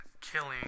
killing